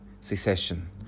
secession